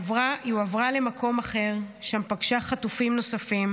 היא הועברה למקום אחר, שם פגשה חטופים נוספים,